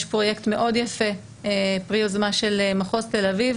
יש פרויקט יפה מאוד פרי יוזמה של מחוז תל אביב,